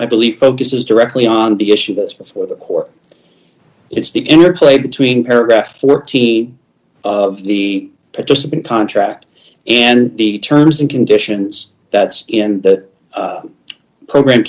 i believe focuses directly on the issue that's before the court it's the interplay between paragraph fourteen of the participant contract and the terms and conditions that's in the program